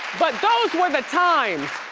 but those were the times.